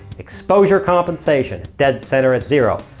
exposure compensation. dead center at zero.